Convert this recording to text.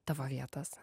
tavo vietos